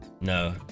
no